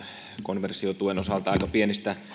konversiotuen osalta aika pienistä